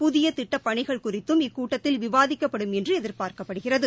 புதிய திட்டப்பணிகள் குறித்தும் இக்கூட்டத்தில் விவாதிக்கப்படும் என்று எதிர்பார்க்கப்படுகிறது